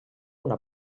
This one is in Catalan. una